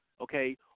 okay